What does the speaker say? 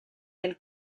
del